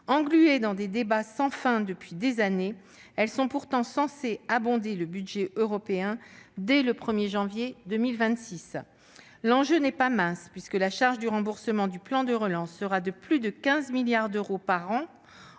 engluées dans des débats sans fin depuis des années, celles-ci sont pourtant censées abonder le budget européen dès le 1 janvier 2026. L'enjeu n'est pas mince, puisque la charge du remboursement du plan de relance sera de plus de 15 milliards d'euros par an